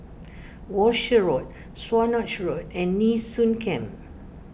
Walshe Road Swanage Road and Nee Soon Camp